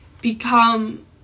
become